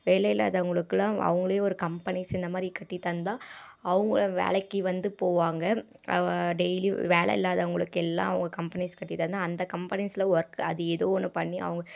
வேலையில்லாதவங்களுக்குலாம் அவங்களே ஒரு கம்பெனிஸ் இந்த மாதிரி கட்டி தந்தால் அவங்களும் வேலைக்கு வந்து போவாங்க டெய்லி வேலை இல்லாதவங்களுக்கெல்லாம் அவங்க கம்பெனிஸ் கட்டி தந்தால் அந்த கம்பெனிஸில் ஒர்க் அது ஏதோ ஒன்று பண்ணி அவங்க